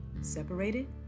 Separated